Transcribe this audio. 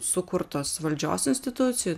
sukurtos valdžios institucijų